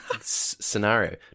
scenario